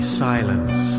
silence